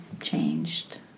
changed